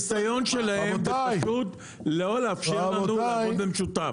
בשנתיים האחרונות שהיה ויסות,